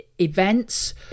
events